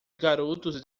garotos